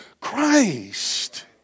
Christ